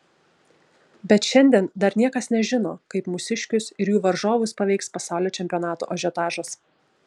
bet šiandien dar niekas nežino kaip mūsiškius ir jų varžovus paveiks pasaulio čempionato ažiotažas